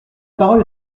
parole